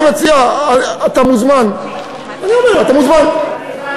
אני מציע, אתה מוזמן, שקיפות.